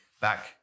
back